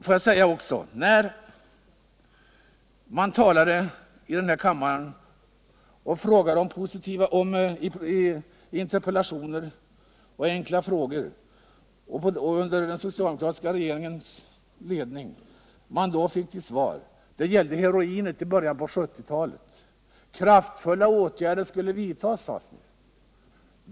När man under den socialdemokratiska regeringens tid i början av 1970 talet ställde frågor och interpellationer i kammaren om heroinet fick man till svar att kraftfulla åtgärder skulle vidtas.